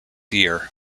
year